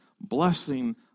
blessing